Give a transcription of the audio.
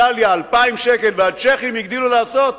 באיטליה 2,000 שקל והצ'כים הגדילו לעשות,